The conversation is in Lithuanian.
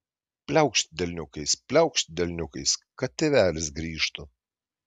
pliaukšt delniukais pliaukšt delniukais kad tėvelis grįžtų